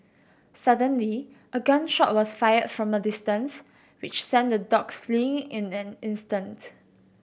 suddenly a gun shot was fired from a distance which sent the dogs fleeing in an instant